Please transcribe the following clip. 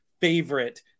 favorite